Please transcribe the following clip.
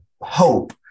hope